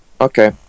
Okay